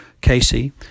Casey